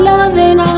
Loving